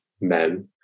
men